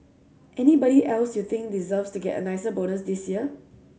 anybody else you think deserves to get a nicer bonus this year